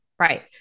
Right